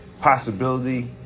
possibility